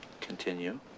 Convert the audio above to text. Continue